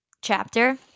chapter